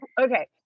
Okay